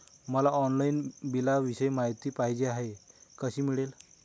मला ऑनलाईन बिलाविषयी माहिती पाहिजे आहे, कशी मिळेल?